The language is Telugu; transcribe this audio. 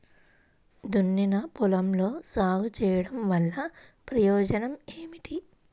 దున్నిన పొలంలో సాగు చేయడం వల్ల ప్రయోజనం ఏమిటి?